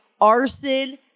arson